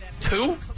Two